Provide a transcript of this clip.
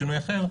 בשינו אחר,